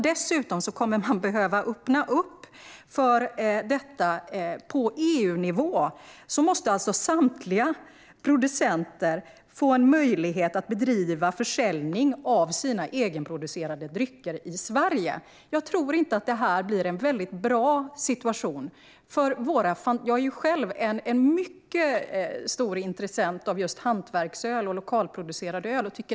Dessutom kommer de att få öppna för försäljning på EU-nivå, det vill säga samtliga producenter måste få möjlighet att bedriva försäljning av sina egenproducerade drycker i Sverige. Jag tror inte att det här blir en bra situation. Jag är själv mycket intresserad av hantverksöl och lokalproducerad öl.